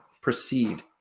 proceed